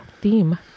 theme